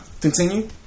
Continue